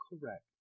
Correct